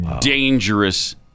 dangerous